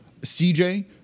CJ